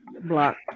Block